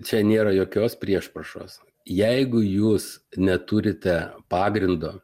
čia nėra jokios priešpriešos jeigu jūs neturite pagrindo